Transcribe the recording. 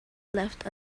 left